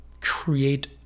create